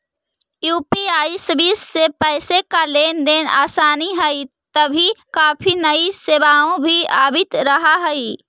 UPI service से पैसे का लेन देन आसान हई तभी काफी नई सेवाएं भी आवित रहा हई